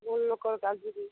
ଭୁଲ୍ ଲୋକର କାଢ଼ିଦେଲି